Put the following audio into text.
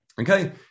Okay